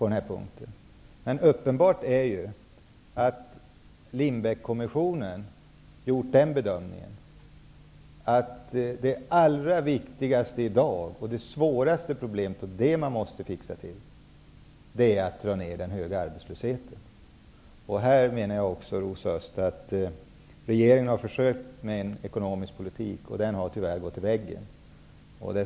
Det är emellertid uppenbart att Lindbeckkommissionen gjort bedömningen att det i dag allra viktigaste och svåraste problem som man måste lösa är problemet med den höga arbetslösheten. Regeringen har försökt föra en ekonomisk politik, som tyvärr har ''gått i väggen''.